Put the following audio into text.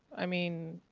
i mean,